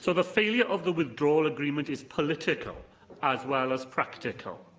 so the failure of the withdrawal agreement is political as well as practical,